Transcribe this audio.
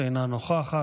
אינה נוכחת.